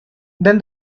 then